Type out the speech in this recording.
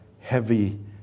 heavy